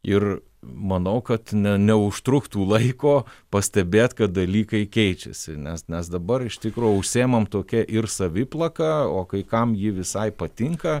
ir manau kad ne neužtruktų laiko pastebėt kad dalykai keičiasi nes mes dabar iš tikro užsiimam tokia ir saviplaka o kai kam ji visai patinka